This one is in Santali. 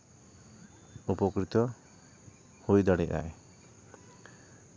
ᱩᱯᱚᱠᱨᱤᱛᱚ ᱦᱩᱭ ᱫᱟᱲᱮᱭᱟᱜᱼᱟᱭ